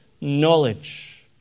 knowledge